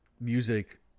music